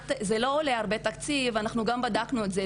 זה לא עולה הרבה תקציב, בדקנו גם את זה.